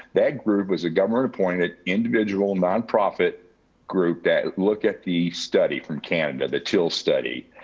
that group was a government appointed individual nonprofit group that look at the study from canada, the tils study.